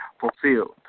fulfilled